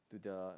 to the